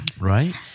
Right